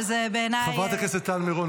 שזה בעיניי --- חברת הכנסת טל מירון,